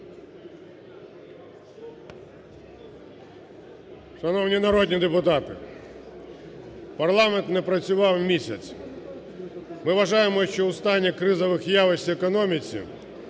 Шановні народні депутати, парламент не працював місяць. Ми вважаємо, що у стані кризових явищ в економіці,